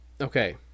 Okay